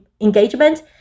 engagement